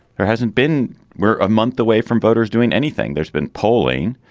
there hasn't been. we're a month away from voters doing anything. there's been polling,